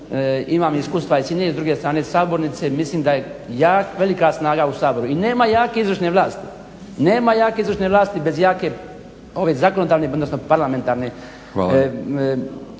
imam iskustva i s jedne i s druge strane sabornice. Mislim da je velika snaga u Saboru. I nema jake izvršne vlasti, nema jake izvršne vlasti bez jake ove zakonodavne, odnosno parlamentarne rasprave,